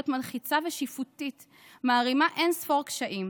מלחיצה ושיפוטית מערימה אין-ספור קשיים,